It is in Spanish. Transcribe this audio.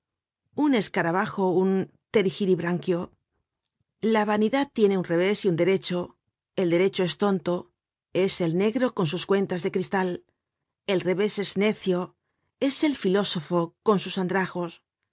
un escarabajo un pterigibranquio la vanidad tiene un revés y un derecho el derecho es tonto es el negro con sus cuentas de cristal el revés es necio es el filósofo con sus andrajos